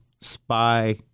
spy